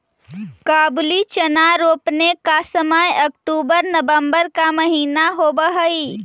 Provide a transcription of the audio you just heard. काबुली चना रोपने का समय अक्टूबर नवंबर का महीना होवअ हई